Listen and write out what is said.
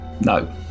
no